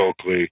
Oakley